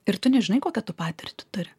ir tu nežinai kokia tu patirtį turi